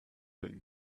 been